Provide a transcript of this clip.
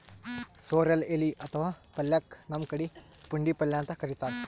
sorrel ಎಲಿ ಅಥವಾ ಪಲ್ಯಕ್ಕ್ ನಮ್ ಕಡಿ ಪುಂಡಿಪಲ್ಯ ಅಂತ್ ಕರಿತಾರ್